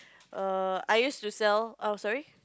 err I use to sell oh sorry